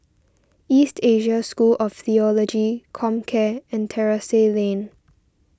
East Asia School of theology Comcare and Terrasse Lane